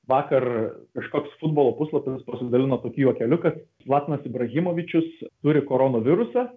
vakar kažkoks futbolo puslapis pasidalino tokiu juokeliu kad zlatnas ibrachimovičius turi koronavirusą